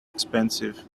expensive